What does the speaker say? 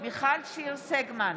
מיכל שיר סגמן,